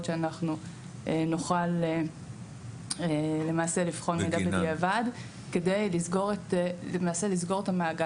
שאנחנו נוכל למעשה לבחון בדיעבד כדי לסגור את המעגל.